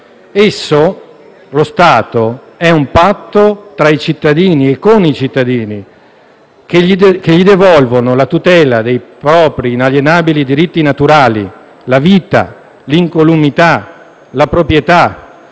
Esso, lo Stato, è un patto tra i cittadini e con i cittadini, che gli devolvono la tutela dei propri inalienabili diritti naturali (la vita, l'incolumità, la proprietà).